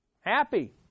Happy